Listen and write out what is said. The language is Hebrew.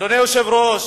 אדוני היושב-ראש,